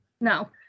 No